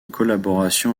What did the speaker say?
collaboration